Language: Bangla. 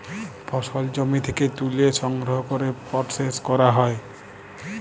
ফসল জমি থ্যাকে ত্যুলে সংগ্রহ ক্যরে পরসেস ক্যরা হ্যয়